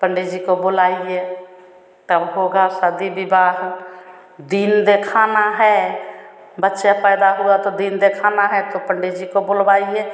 पंडित जी को बुलाइए तब होगा शादी विवाह दिन दिखाना है बच्चा पैदा हुआ तो दिन दिखाना है तो पंडित जी को बुलवाइए